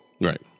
right